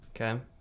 okay